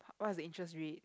what are the interest rate